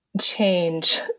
change